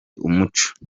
umuco